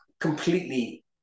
completely